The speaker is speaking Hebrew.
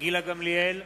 גילה גמליאל,